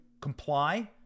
comply